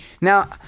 Now